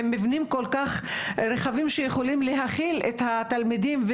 אין בהם מבנים כל כך רחבים שיכולים להכיל את התלמידים,